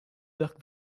dirk